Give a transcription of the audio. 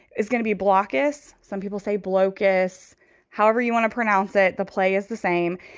it's going to be blockhouse. some people say bloke is however you want to pronounce it. the play is the same.